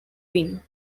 win